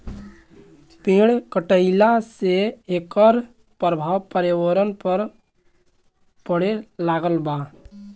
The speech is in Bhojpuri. पेड़ कटईला से एकर प्रभाव पर्यावरण पर पड़े लागल बा